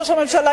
ראש הממשלה,